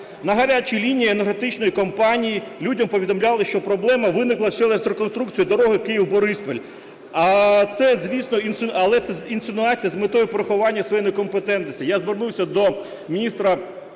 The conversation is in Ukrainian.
На "гарячій лінії" енергетичної компанії людям повідомляли, що проблема виникла через реконструкцію дороги Київ-Бориспіль, але це інсинуація з метою приховання своєї некомпетентності.